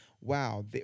Wow